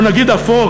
או נגיד אפור,